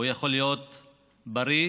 הוא יכול להיות בריא,